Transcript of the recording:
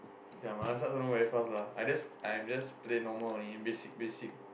ya my snipe also not very fast lah I just I'm just play normal only basic basic